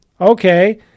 okay